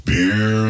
Beer